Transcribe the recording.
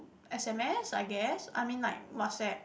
S_M_S I guess I mean like WhatsApp